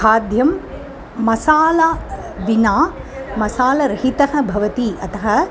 खाद्यं मसालाविना मसालारहितः भवति अतः